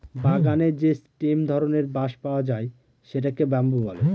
বাগানে যে স্টেম ধরনের বাঁশ পাওয়া যায় সেটাকে বাম্বু বলে